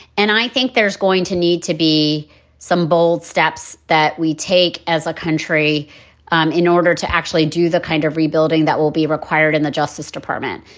and i think there's going to need to be some bold steps that we take as a country um in order to actually do the kind of rebuilding that will be required in the justice department.